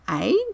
age